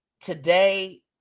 today